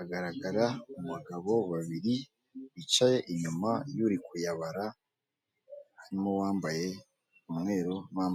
agaragara kubagabo babiri bicaye inyuma yuri kuyabara harimo uwambaye umweru nuwambaye.....